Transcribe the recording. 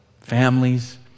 families